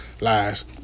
lies